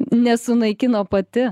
nesunaikino pati